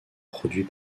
produit